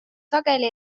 sageli